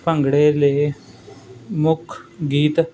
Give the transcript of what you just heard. ਭੰਗੜੇ ਲੇ ਮੁੱਖ ਗੀਤ